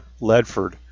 Ledford